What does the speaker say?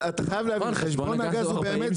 שזה יהיה רק ל-1-800.